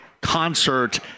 concert